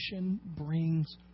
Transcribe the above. brings